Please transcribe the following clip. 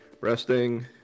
Resting